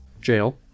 Jail